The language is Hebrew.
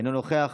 אינו נוכח,